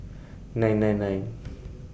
nine nine nine